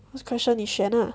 last question 你选 lah